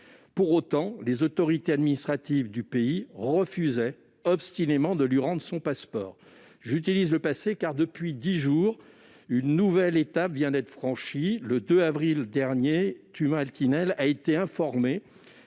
Pour autant, les autorités administratives du pays ont obstinément refusé de lui rendre son passeport. J'utilise le passé, car, depuis dix jours, une nouvelle étape vient d'être franchie. Le 2 avril dernier, en effet, Tuna Altinel a été informé